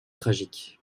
tragique